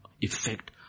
effect